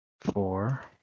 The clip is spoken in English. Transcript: Four